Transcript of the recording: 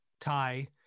tie